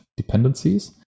dependencies